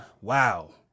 Wow